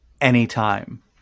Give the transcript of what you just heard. Anytime